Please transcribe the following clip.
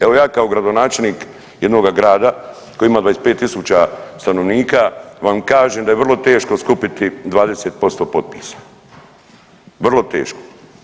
Evo ja kao gradonačelnik jednoga grada koji ima 25.000 stanovnika vam kažem da je vrlo teško skupiti 20% potpisa, vrlo teško.